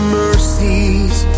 mercies